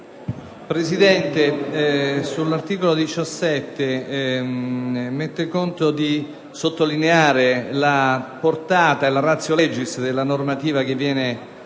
Presidente, sull'articolo 17 mette conto di sottolineare la portata e la *ratio* *legis* della normativa che viene